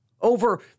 over